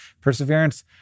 Perseverance